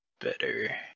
better